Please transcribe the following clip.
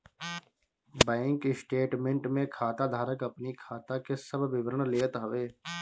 bank statement में खाता धारक अपनी खाता के सब विवरण लेत हवे